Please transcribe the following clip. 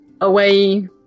away